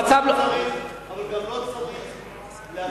המצב, אבל גם לא צריך להקצין.